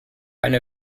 eine